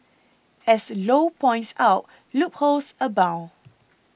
as Low points out loopholes abound